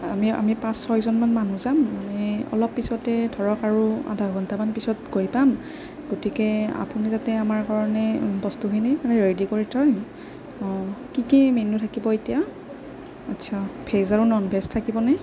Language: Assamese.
আমি আমি পাঁচ ছয়জনমান মানুহ যাম মানে অলপ পিছতে ধৰক আৰু আধা ঘণ্টামান পিছত গৈ পাম গতিকে আপুনি যাতে আমাৰ কাৰণে বস্তুখিনি ৰেডি কৰি থয় কি কি মেন্যু থাকিব এতিয়া আচ্ছা ভেজ আৰু ন'ন ভেজ থাকিবনে